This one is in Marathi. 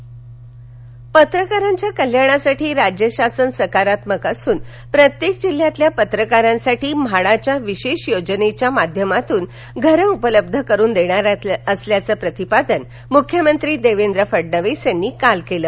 मख्यमंत्री पत्रकारांच्या कल्याणासाठी राज्यशासन सकारात्मक असून प्रत्येक जिल्हयातील पत्रकारांसाठी म्हाडाच्या विशेष योजनेच्या माध्यमातून घरं उपलब्ध करुन देणार असल्याचं प्रतिपादन मुख्यमंत्री देवेंद्र फडणवीस यांनी काल केलं